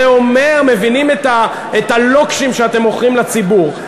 זה אומר, מבינים את הלוקשים שאתם מוכרים לציבור.